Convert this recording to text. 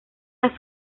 las